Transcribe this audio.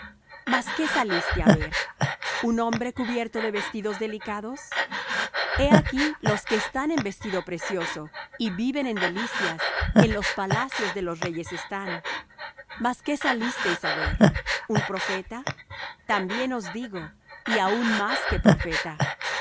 mas qué salisteis á ver un hombre cubierto de vestidos delicados he aquí los que están en vestido precioso y viven en delicias en los palacios de los reyes están mas qué salisteis á ver un profeta también os digo y aun más que profeta